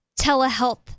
telehealth